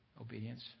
Obedience